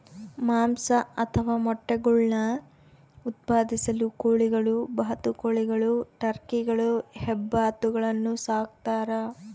ಮಾಂಸ ಅಥವಾ ಮೊಟ್ಟೆಗುಳ್ನ ಉತ್ಪಾದಿಸಲು ಕೋಳಿಗಳು ಬಾತುಕೋಳಿಗಳು ಟರ್ಕಿಗಳು ಹೆಬ್ಬಾತುಗಳನ್ನು ಸಾಕ್ತಾರ